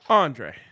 Andre